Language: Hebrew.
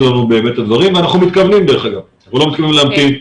יאפשרו לנו ואנחנו מתכוונים לכך ולא מתכוונים להמתין.